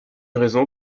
raison